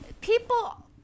people